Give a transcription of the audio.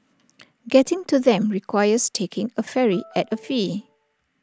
getting to them requires taking A ferry at A fee